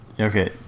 Okay